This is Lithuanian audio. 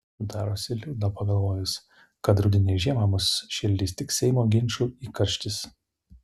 darosi liūdna pagalvojus kad rudenį ir žiemą mus šildys tik seimo ginčų įkarštis